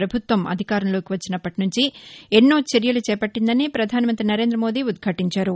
ప్రభుత్వం అధికారంలోకి వచ్చినప్పటి నుంచి ఎన్నో చర్యలు చేపట్టిందని ప్రధానమంత్రి నరేందమోదీ ఉద్ఘటించారు